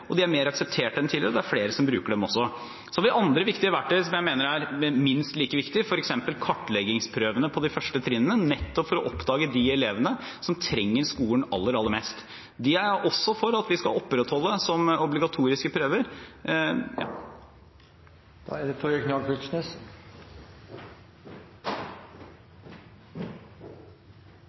og de er mer akseptert enn tidligere. Det er flere som bruker dem også. Så har vi andre viktige verktøy som jeg mener er minst like viktige, f.eks. kartleggingsprøven på de første trinnene – nettopp for å oppdage de elevene som trenger skolen aller, aller mest. Dem er jeg også for at vi skal opprettholde som obligatoriske prøver.